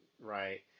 right